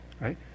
Right